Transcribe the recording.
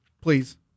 Please